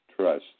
trust